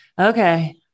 Okay